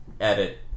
edit